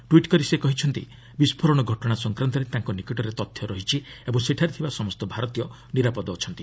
tweet କରି ସେ କହିଛନ୍ତି ବିସ୍ଫୋରଣ ଘଟଣା ସଂକ୍ରାନ୍ତରେ ତାଙ୍କ ନିକଟରେ ତଥ୍ୟ ରହିଛି ଓ ସେଠାରେ ଥିବା ସମସ୍ତ ଭାରତୀୟ ନିରାପଦ ଅଛନ୍ତି